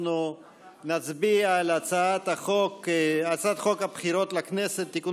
אנחנו נצביע על הצעת חוק הבחירות לכנסת (תיקון